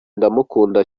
ndamukunda